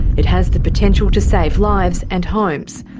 it has the potential to save lives and homes.